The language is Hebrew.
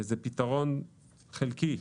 זה פתרון חלקי.